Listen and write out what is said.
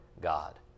God